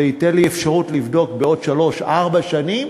זה ייתן לי אפשרות לבדוק בעוד שלוש ארבע שנים,